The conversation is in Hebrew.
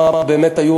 אלה היו